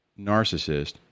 narcissist